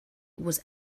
was